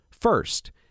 First